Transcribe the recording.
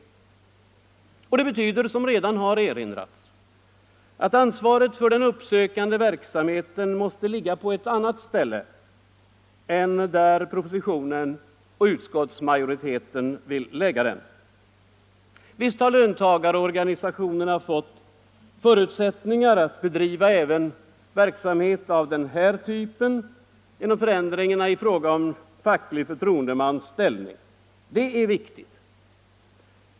Som det redan har erinrats om betyder det att ansvaret för den uppsökande verksamheten måste ligga på ett annat ställe än där propositionen och utskottsmajoriteten vill lägga det. Visst har löntagarorganisationerna fått förutsättningar att bedriva även verksamhet av den här typen genom förändringarna i fråga om facklig förtroendemans ställning. Det är viktigt.